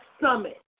summit